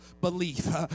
belief